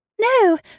No